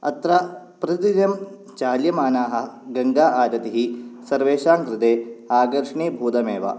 अत्र प्रतिदिनं चाल्यमानाः गङ्गाहारतिः सर्वेषां कृते आगर्षणीभूतमेव